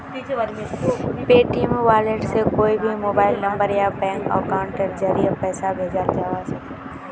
Paytm wallet से कोए भी मोबाइल नंबर या बैंक अकाउंटेर ज़रिया पैसा भेजाल जवा सकोह